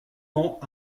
ans